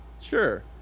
Sure